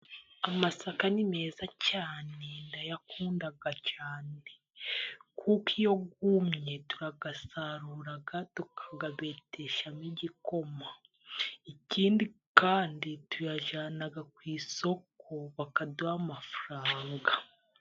Amasaka ni meza cyane, ndayakunda cyane, kuko iyo yumye, turayasarura, tukayabeteshamo igikoma, ikindi kandi tuyajyana ku isoko, bakaduha amafaranga.